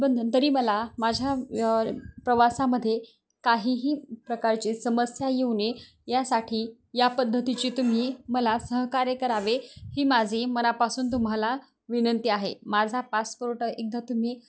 बंधन तरी मला माझ्या प्रवासामध्ये काहीही प्रकारची समस्या येऊ नये यासाठी या पद्धतीची तुम्ही मला सहकार्य करावे ही माझी मनापासून तुम्हाला विनंती आहे माझा पासपोर्ट एकदा तुम्ही